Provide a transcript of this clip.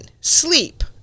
sleep